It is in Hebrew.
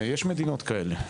יש מדינות כאלה.